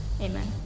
Amen